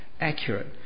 accurate